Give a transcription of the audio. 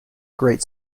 great